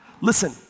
Listen